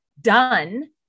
done